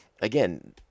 again